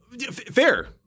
Fair